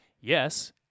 yes